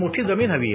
मोठी जमीन हवीय